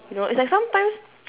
you know it's like sometimes